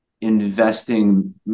investing